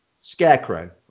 scarecrow